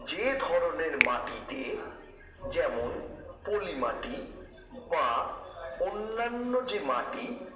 যে ধরণের মাটিতে যেমন পলি মাটি বা অন্যান্য যে মাটি